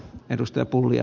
arvoisa puhemies